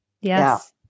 yes